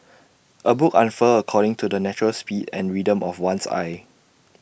A book unfurls according to the natural speed and rhythm of one's eye